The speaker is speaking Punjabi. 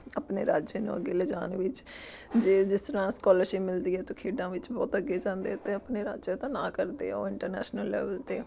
ਆਪਨੇ ਰਾਜ ਨੂੰ ਅੱਗੇ ਲਿਜਾਉਣ ਵਿੱਚ ਜੇ ਜਿਸ ਤਰ੍ਹਾਂ ਸਕੋਲਰਸ਼ਿਪ ਮਿਲਦੀ ਹੈ ਤੋਂ ਖੇਡਾਂ ਵਿੱਚ ਬਹੁਤ ਅੱਗੇ ਜਾਂਦੇ ਅਤੇ ਆਪਣੇ ਰਾਜ ਦਾ ਨਾਂ ਕਰਦੇ ਆ ਉਹ ਇੰਟਰਨੈਸ਼ਨਲ ਲੈਵਲ 'ਤੇ